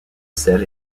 sel